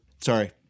Sorry